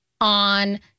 on